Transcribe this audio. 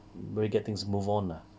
really get things move on lah